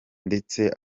ndetse